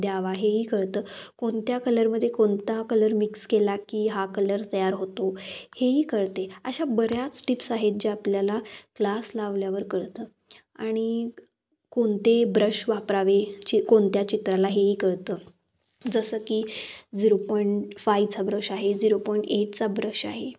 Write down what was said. द्यावा हेही कळतं कोणत्या कलरमध्ये कोणता कलर मिक्स केला की हा कलर तयार होतो हेही कळते अशा बऱ्याच टिप्स आहेत ज्या आपल्याला क्लास लावल्यावर कळतं आणि कोणते ब्रश वापरावे चि कोणत्या चित्राला हेही कळतं जसं की झिरो पॉईंट फाईवचा ब्रश आहे झिरो पॉईंट एटचा ब्रश आहे